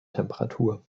temperatur